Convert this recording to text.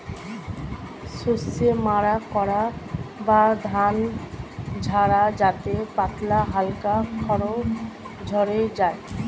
শস্য মাড়াই করা বা ধান ঝাড়া যাতে পাতলা হালকা খড় ঝড়ে যায়